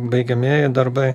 baigiamieji darbai